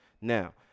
now